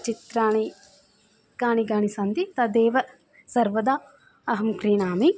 चित्राणि कानि कानि सन्ति तदेव सर्वदा अहं क्रीणामि